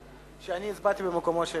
נתקבלה.